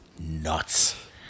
nuts